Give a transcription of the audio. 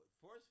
Force